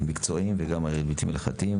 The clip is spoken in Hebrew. המקצועיים וההיבטים ההלכתיים,